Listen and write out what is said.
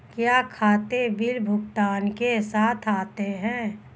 क्या खाते बिल भुगतान के साथ आते हैं?